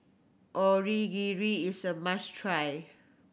onigiri is a must try